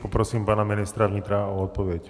Poprosím pana ministra vnitra o odpověď.